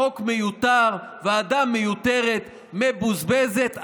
חוק מיותר, ועדה מיותרת, מבוזבזת.